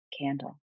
candle